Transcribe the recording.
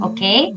Okay